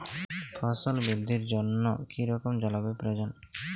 ফসল বৃদ্ধির জন্য কী রকম জলবায়ু প্রয়োজন?